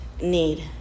need